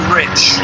rich